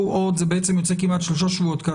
זה יוצא כמעט שלושה שבועות.